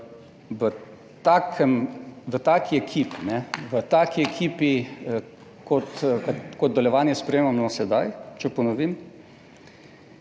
v taki ekipi kot delovanje sprejemamo sedaj, če ponovim,